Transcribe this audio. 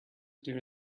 clear